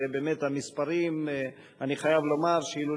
ובאמת אני חייב לומר שהמספרים,